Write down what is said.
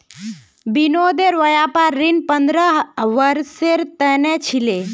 विनोदेर व्यापार ऋण पंद्रह वर्षेर त न छिले